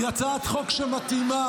היא הצעת חוק שמתאימה